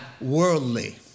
worldly